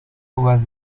uvas